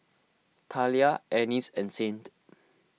Talia Ennis and Saint